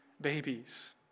babies